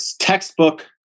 textbook